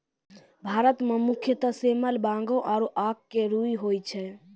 भारत मं मुख्यतः सेमल, बांगो आरो आक के रूई होय छै